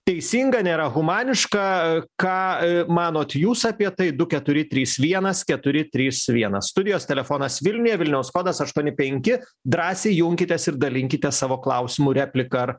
teisinga nėra humaniška ką manot jūs apie tai du keturi trys vienas keturi trys vienas studijos telefonas vilniuje vilniaus kodas aštuoni penki drąsiai junkitės ir dalinkite savo klausimų repliką ar